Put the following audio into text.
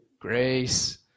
Grace